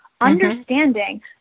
understanding